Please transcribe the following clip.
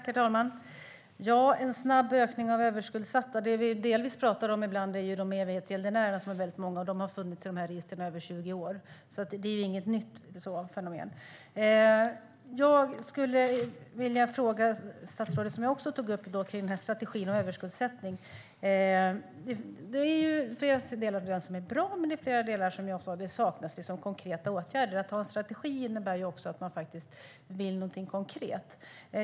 Herr talman! Ja, det har skett en snabb ökning av överskuldsatta. Det som vi delvis pratar om är ju evighetsgäldenärerna som är väldigt många, och de funnits i registren i över 20 år. Så det är ju inget nytt fenomen. Jag tog upp strategin och överskuldsättning. Det finns delar som är bra, men det är flera delar där det saknas konkreta åtgärder. Att ha en strategi innebär att man vill någonting konkret.